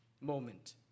moment